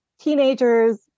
teenagers